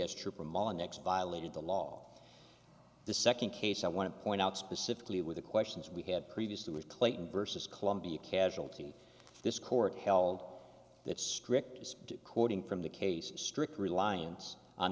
s trip ramala next violated the law the second case i want to point out specifically with the questions we had previously was clayton versus columbia casualty this court held that strict is quoting from the case strict reliance on